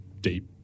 deep